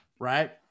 right